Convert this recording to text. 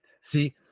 See